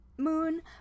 moon